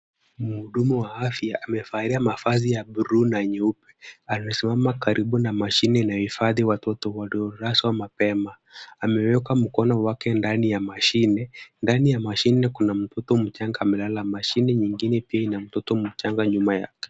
Mhudumu wa afya amevalia mavazi ya bluu na nyeupe, amesimama karibu na mashine inayohifadhi watoto waliolazwa mapema. Ameweka mkono wake ndani ya mashine, ndani ya mashine kuna mtoto mchanga amelala, mashine nyingine pia ina mtoto mchanga nyuma yake.